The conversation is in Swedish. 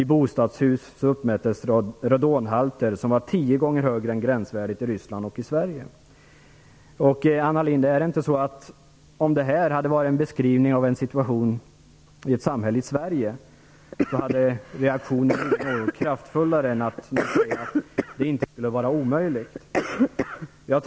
I bostadshus uppmättes radonhalter som var tio gånger högre än gränsvärdet i Ryssland och i Sverige." Men Anna Lindh, är det inte så att reaktionen - om det här hade varit en beskrivning av situationen i ett svenskt samhälle - hade varit någonting kraftfullare än bara ett uttalande om att det "inte skulle vara omöjligt"?